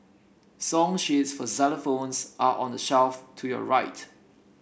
song sheets for xylophones are on the shelf to your right